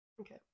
okay